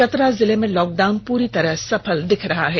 चतरा जिले में lockdown पूरी तरह सफल दिख रहा है